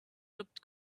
looked